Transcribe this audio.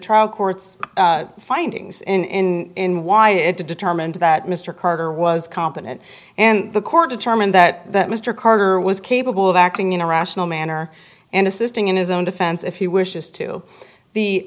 trial court's findings in in y it to determined that mr carter was competent and the court determined that that mr carter was capable of acting in a rational manner and assisting in his own defense if he wishes to the